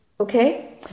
Okay